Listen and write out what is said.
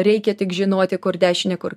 reikia tik žinoti kur dešinė kur